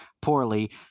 poorly